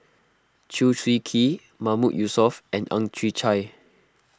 Chew Swee Kee Mahmood Yusof and Ang Chwee Chai